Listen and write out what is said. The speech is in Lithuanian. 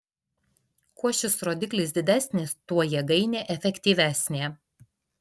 kuo šis rodiklis didesnis tuo jėgainė efektyvesnė